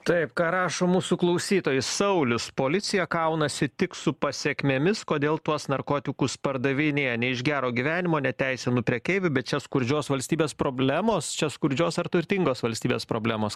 taip ką rašo mūsų klausytojai saulius policija kaunasi tik su pasekmėmis kodėl tuos narkotikus pardavinėja ne iš gero gyvenimo neteisinu prekeivių bet čia skurdžios valstybės problemos čia skurdžios ar turtingos valstybės problemos